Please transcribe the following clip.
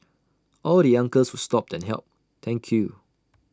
all the uncles who stopped and helped thank you